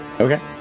Okay